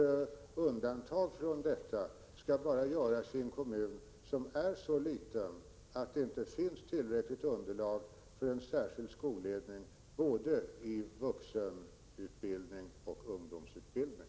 Undantag från den regeln skall bara göras i en kommun som är så liten att det inte finns tillräckligt underlag för en särskild skolledning både för vuxenutbildning och ungdomsutbildning.